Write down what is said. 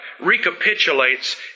recapitulates